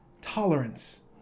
Tolerance